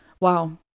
Wow